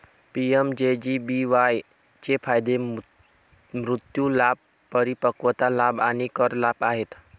PMJJBY चे फायदे मृत्यू लाभ, परिपक्वता लाभ आणि कर लाभ आहेत